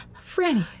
Franny